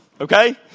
Okay